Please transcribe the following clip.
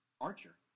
Archer